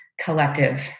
collective